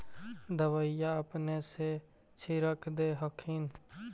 दबइया अपने से छीरक दे हखिन?